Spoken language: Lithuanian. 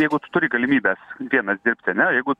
jeigu tu turi galimybę vienas dirbtini ane jeigu